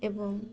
ଏବଂ